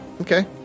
okay